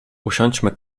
usiądźmy